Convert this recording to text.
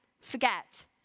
forget